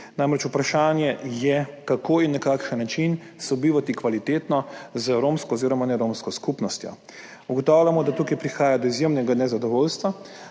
namreč vprašanje je, kako in na kakšen način kvalitetno sobivati z romsko oziroma neromsko skupnostjo. Ugotavljamo, da tukaj prihaja do izjemnega nezadovoljstva,